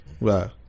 right